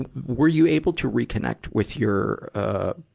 and were you able to reconnect with your, ah,